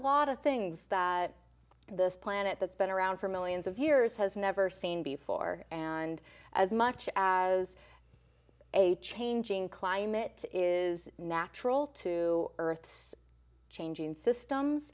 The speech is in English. lot of things that this planet that's been around for millions of years has never seen before and as much as a changing climate is natural to earth's changing systems